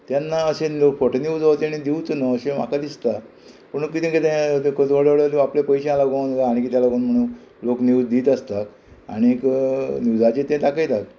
तेन्ना अशें लोक फोट न्यूज हो तेणी दिवचो न्हू अशें म्हाका दिसता पूण कितें कितें ते व्हड व्हड आपल्या पयशां लागून जाव आनी किद्या लागून म्हणून लोक न्यूज दित आसतात आनीक न्यूजाचेर ते दाखयतात